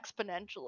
exponentially